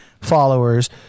followers